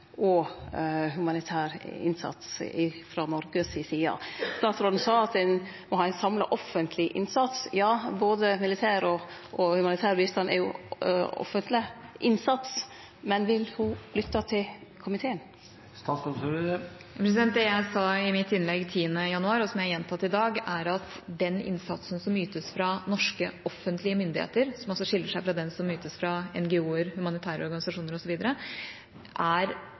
og humanitær innsats frå Noreg si side? Statsråden sa at ein må ha ein samla offentleg innsats. Ja, både militær og humanitær bistand er offentleg innsats, men vil ho lytte til komiteen? Det jeg sa i mitt innlegg 10. januar, og som jeg har gjentatt i dag, er at den innsatsen som ytes fra norske offentlige myndigheter, som skiller seg fra den som ytes fra NGO-er, humanitære organisasjoner osv., er